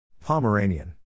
Pomeranian